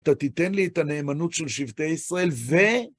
אתה תיתן לי את הנאמנות של שבטי ישראל, ו...